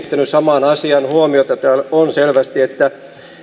samaan asiaan huomiota täällä on selvästi että